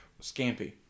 scampi